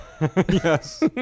Yes